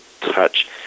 touch